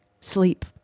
Sleep